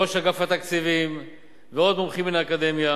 ראש אגף התקציבים ועוד מומחים מן האקדמיה.